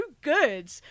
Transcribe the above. good